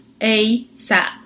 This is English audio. ASAP